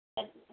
ம்